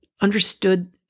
understood